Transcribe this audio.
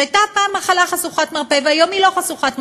שהייתה פעם מחלה חשוכת מרפא והיום היא לא חשוכת מרפא.